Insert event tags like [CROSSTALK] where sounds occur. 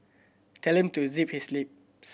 tell him to zip his lip [UNINTELLIGIBLE]